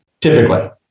typically